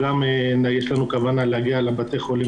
יש לנו כוונה גם להגיע לבתי החולים